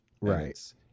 right